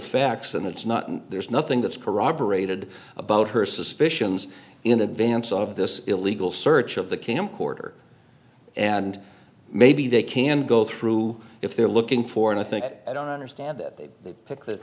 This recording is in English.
facts and it's not and there's nothing that's corroborated about her suspicions in advance of this illegal search of the camcorder and maybe they can go through if they're looking for and i think i don't understand that they pick the